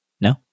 No